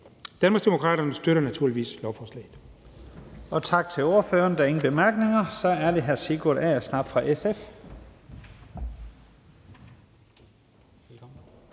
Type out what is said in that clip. Danmarksdemokraterne støtter naturligvis lovforslaget.